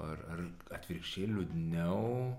ar ar atvirkščiai liūdniau